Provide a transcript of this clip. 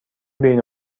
بین